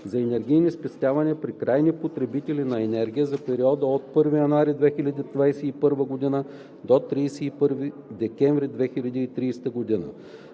за енергийни спестявания при крайното потребление на енергия за периода от 1 януари 2021 г. до 31 декември 2030 г.